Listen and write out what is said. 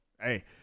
hey